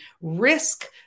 risk